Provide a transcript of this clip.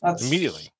Immediately